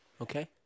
okay